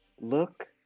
look